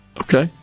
Okay